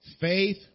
Faith